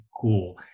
cool